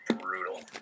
brutal